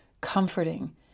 comforting